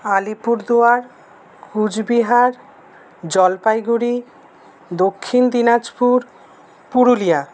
Alipurduar Cooch Behar Jalpaiguri Dakshin Dinajpur Purulia